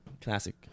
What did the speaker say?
Classic